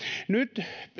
nyt